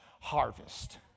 harvest